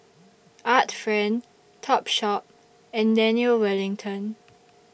Art Friend Topshop and Daniel Wellington